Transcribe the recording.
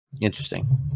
Interesting